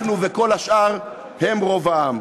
אנחנו וכל השאר הם רוב העם.